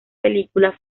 película